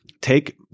take